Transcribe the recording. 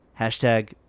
hashtag